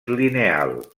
lineal